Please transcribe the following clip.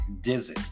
Dizzy